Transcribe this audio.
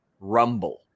Rumble